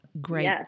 great